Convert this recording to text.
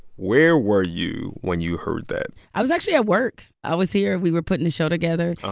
where were you when you heard that? i was actually at work. i was here. we were putting the show together.